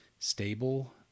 stable